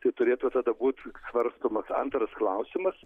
tai turėtų tada būt svarstomas antras klausimas